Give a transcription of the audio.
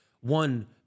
one